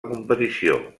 competició